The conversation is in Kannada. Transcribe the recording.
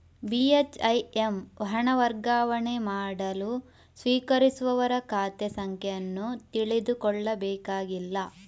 ಬಿ.ಹೆಚ್.ಐ.ಎಮ್ ಹಣ ವರ್ಗಾವಣೆ ಮಾಡಲು ಸ್ವೀಕರಿಸುವವರ ಖಾತೆ ಸಂಖ್ಯೆ ಅನ್ನು ತಿಳಿದುಕೊಳ್ಳಬೇಕಾಗಿಲ್ಲ